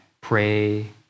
pray